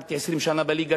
שיחקתי 20 שנה בליגה,